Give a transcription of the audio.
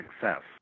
success